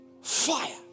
Fire